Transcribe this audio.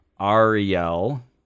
Ariel